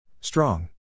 Strong